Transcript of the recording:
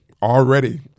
Already